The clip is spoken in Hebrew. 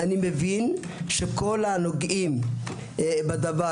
אני מבין שכל הנוגעים בשבר,